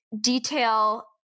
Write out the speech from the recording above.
detail